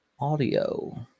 audio